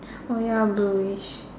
oh ya blueish